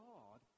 God